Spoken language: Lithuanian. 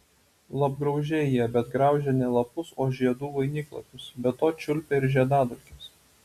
lapgraužiai jie bet graužia ne lapus o žiedų vainiklapius be to čiulpia ir žiedadulkes